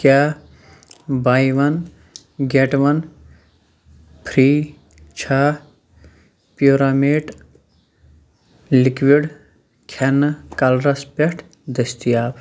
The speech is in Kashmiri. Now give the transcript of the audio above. کیٛاہ buy one get one free چھا پیٛوٗرامیٹ لِکوِٕڈ کھٮ۪نہٕ کلرس پٮ۪ٹھ دٔستیاب